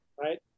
right